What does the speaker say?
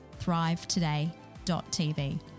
thrivetoday.tv